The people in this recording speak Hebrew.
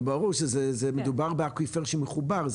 לא, ברור, מדובר באקוויפר שמחובר.